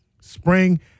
spring